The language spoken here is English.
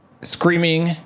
Screaming